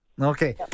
Okay